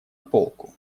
полку